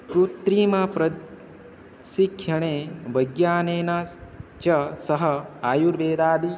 कृत्रिम शिक्षणे विज्ञानेन च सह आयुर्वेदादि